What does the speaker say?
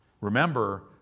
Remember